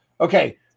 Okay